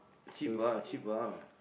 cheap ah cheap ah